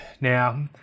Now